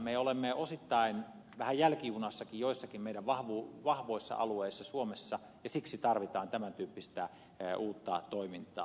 me olemme osittain vähän jälkijunassakin joillakin meidän vahvoilla alueillamme suomessa ja siksi tarvitaan tämän tyyppistä uutta toimintaa